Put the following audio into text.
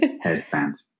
headband